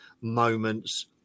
moments